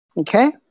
Okay